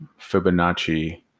Fibonacci